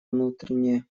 внутренние